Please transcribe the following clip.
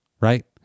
Right